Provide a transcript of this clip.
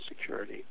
security